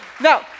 Now